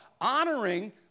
honoring